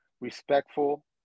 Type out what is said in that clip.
respectful